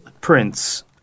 Prince